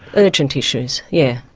urgent issues, yeah